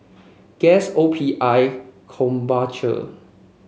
Guess O P I Krombacher